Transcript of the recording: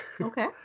Okay